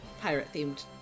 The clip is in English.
pirate-themed